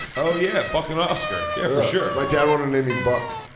oh, yeah, buck and oscar. yeah, for sure. my dad wanted to name me buck,